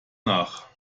nach